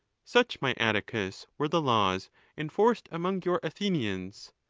such, my atticus, were the laws enforced among your athenians.